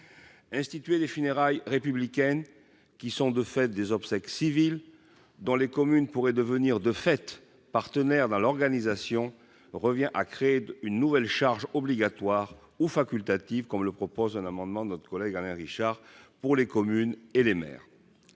instituer des funérailles républicaine qui sont de fait des obsèques civiles dans les communes pourraient devenir de fait partenaire dans l'organisation, revient à créer une nouvelle charge obligatoire ou facultative, comme le propose un amendement notre collègue Alain Richard pour les communes et les maires